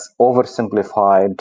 oversimplified